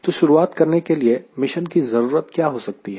तो शुरुआत करने के लिए मिशन की जरूरत क्या हो सकती है